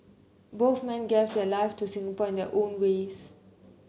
both men gave their lives to Singapore in their own ways